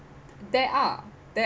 there are